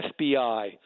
FBI